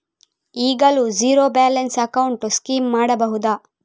ಈಗಲೂ zero balance account scheme ಮಾಡಬಹುದಾ?